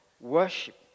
worship